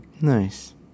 Nice